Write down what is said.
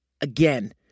Again